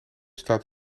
staat